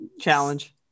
challenge